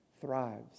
thrives